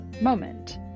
moment